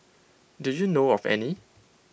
do you know of any